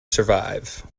survive